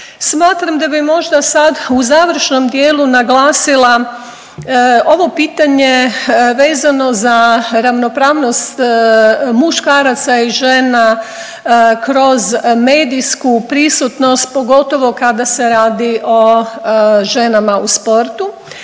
Smatram da bi možda sad u završnom dijelu naglasila ovo pitanje vezano za ravnopravnost muškaraca kroz medijsku prisutnost pogotovo kada se radi o ženama u sportu.